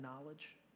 knowledge